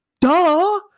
Duh